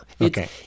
Okay